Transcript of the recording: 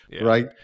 right